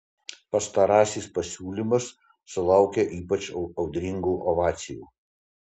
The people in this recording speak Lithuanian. pastarasis pasiūlymas sulaukė ypač audringų ovacijų